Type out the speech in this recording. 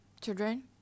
children